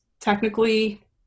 technically